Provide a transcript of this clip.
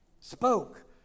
spoke